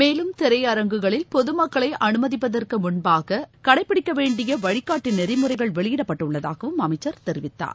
மேலும் திரையரங்குகளில் பொது மக்களை அனுமதிப்பதற்கு முன்பாக கடைப்பிடிக்க வேண்டிய வழிகாட்டி நெறிமுறைகள் வெளியிடப்பட்டுள்ளதாகவும் அமைச்சர் தெரிவித்தார்